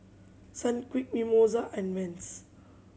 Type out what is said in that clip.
Sunquick Mimosa and Vans